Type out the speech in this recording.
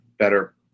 better